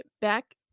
back